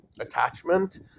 attachment